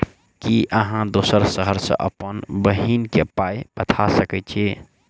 की अहाँ दोसर शहर सँ अप्पन बहिन केँ पाई पठा सकैत छी?